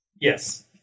Yes